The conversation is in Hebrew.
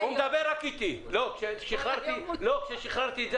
כשאנחנו קבענו את המינימום של 30% ללולים ללא כלובים,